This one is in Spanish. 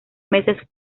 meses